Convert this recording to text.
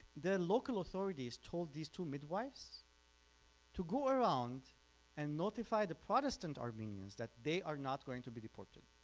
the local authorities told these two midwives to go around and notify the protestant armenians that they are not going to be deported.